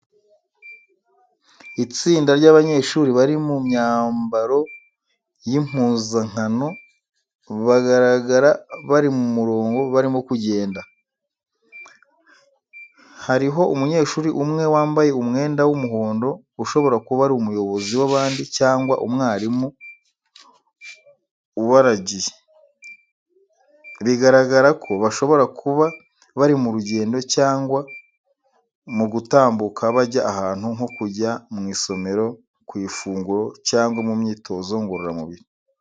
Itsinda ry’abanyeshuri bari mu myambaro y'impuzankano bagaragara bari mu murongo barimo kugenda. Hariho umunyeshuri umwe wambaye umwenda w’umuhondo ushobora kuba ari umuyobozi w’abandi cyangwa umwarimu ubaragiye. Bigaragara ko bashobora kuba bari mu rugendo cyangwa mu gutambuka bajya ahantu, nko kujya mu isomero, ku ifunguro, cyangwa mu myitozo ngororamubiri.